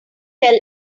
tell